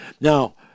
Now